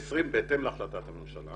בהתאם להחלטת הממשלה